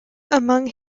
among